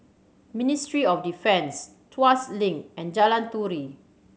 Ministry of Defence Tuas Link and Jalan Turi